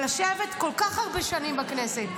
אבל לשבת כל כך הרבה שנים בכנסת,